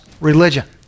religion